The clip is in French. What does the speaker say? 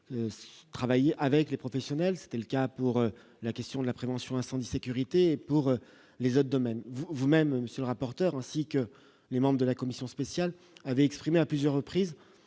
travailler avec les professionnels, c'était le cas pour la question de la prévention incendie Sécurité pour les autres domaines vous vous-même, monsieur le rapporteur, ainsi que les membres de la commission spéciale avait exprimé à plusieurs reprises